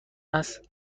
است